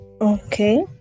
Okay